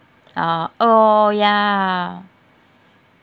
orh oh yeah